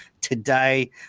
today